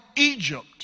Egypt